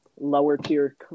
lower-tier